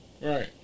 Right